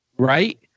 Right